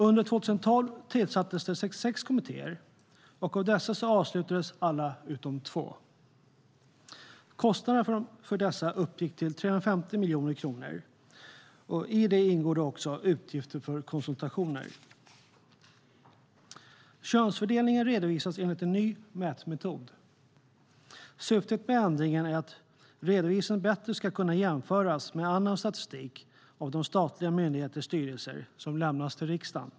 Under 2012 tillsattes 66 kommittéer, och av dessa avslutades alla utom två. Kostnaderna för dessa uppgick till 350 miljoner kronor, och i det ingår utgifter för konsultationer. Könsfördelningen redovisas enligt en ny mätmetod. Syftet med ändringen är att redovisningen bättre ska kunna jämföras med annan statistik av de statliga myndigheter och styrelser som lämnas till riksdagen.